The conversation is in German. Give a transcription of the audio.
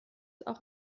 auch